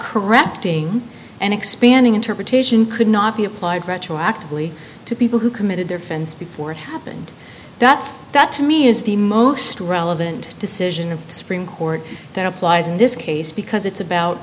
correcting and expanding interpretation could not be applied retroactively to people who committed their friends before it happened that's that to me is the most relevant decision of the supreme court that applies in this case because it's about